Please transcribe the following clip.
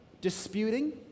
disputing